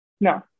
no